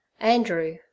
Andrew